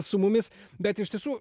su mumis bet iš tiesų